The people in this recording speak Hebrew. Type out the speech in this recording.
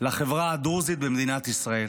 לחברה הדרוזית במדינת ישראל.